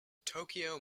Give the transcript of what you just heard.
tokyo